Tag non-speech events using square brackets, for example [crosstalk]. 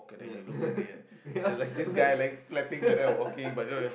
yeah [laughs] yeah [laughs] like [laughs]